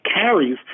carries